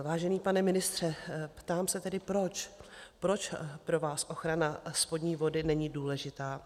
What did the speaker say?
Vážený pane ministře, ptám se tedy, proč pro vás ochrana spodní vody není důležitá.